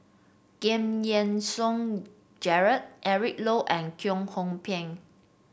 Giam Yean Song Gerald Eric Low and Kwek Hong Png